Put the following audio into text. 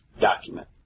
document